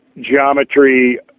Geometry